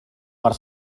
per